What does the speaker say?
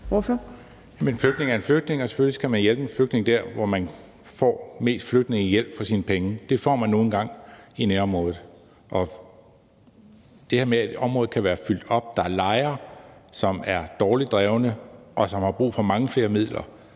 (V): En flygtning er en flygtning, og selvfølgelig skal man hjælpe en flygtning der, hvor man får mest flygtningehjælp for sine penge, og det får man nu engang i nærområdet. Til det her med, at området kan være fyldt op, vil jeg sige, at der er lejre, som er dårligt drevne, og som har brug for mange flere midler